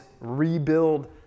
rebuild